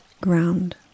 ground